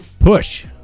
Push